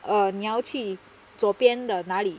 哦你要去左边的哪里